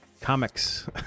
comics